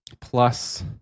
plus